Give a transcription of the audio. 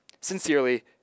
Sincerely